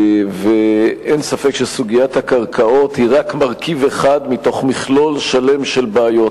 ואין ספק שסוגיית הקרקעות היא רק מרכיב אחד מתוך מכלול שלם של בעיות,